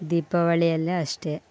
ದೀಪಾವಳಿಯಲ್ಲು ಅಷ್ಟೇ